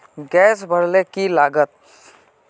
Gas भरले की लागत?